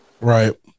Right